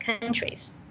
countries